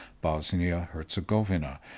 Bosnia-Herzegovina